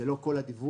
זה לא כל הדיווח,